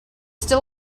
still